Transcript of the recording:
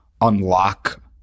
unlock